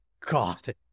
God